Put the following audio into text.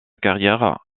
carrière